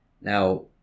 Now